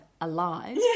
alive